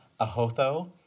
Ahotho